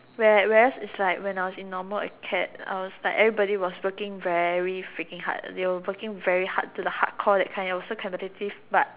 where whereas is like when I was in normal acad I was like everybody was looking very freaking hard they were working very hard to the hardcore that kind like was so competitive but